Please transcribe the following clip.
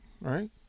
right